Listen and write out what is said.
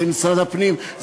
זה משרד הפנים,